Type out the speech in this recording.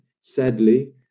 sadly